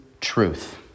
truth